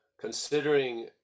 Considering